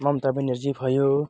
ममता बेनर्जी भयो